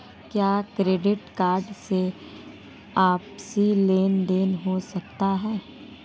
क्या credit card से आपसी लेनदेन हो सकता है?